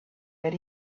that